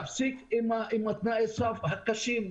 להפסיק עם תנאי הסף הקשים.